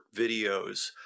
videos